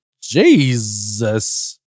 Jesus